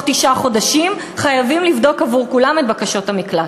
תשעה חודשים חייבים לבדוק עבור כולם את בקשות המקלט.